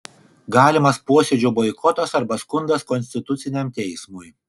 galimas posėdžio boikotas arba skundas konstituciniam teismui